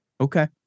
Okay